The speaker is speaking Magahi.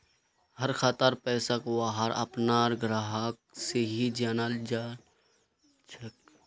हर खातार पैसाक वहार अपनार ग्राहक से ही जाना जाल सकछे